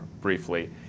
briefly